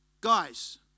guys